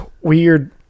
weird